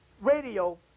radio